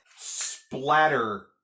splatter